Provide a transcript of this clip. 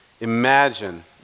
Imagine